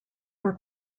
were